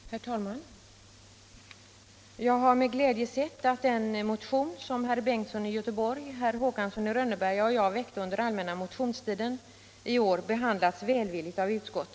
Herr talman! Jag har med glädje sett att den motion som herr Bengtsson i Göteborg, herr Håkansson i Rönneberga och jag väckte under allmänna motionstiden i år behandlats välvilligt av utskottet.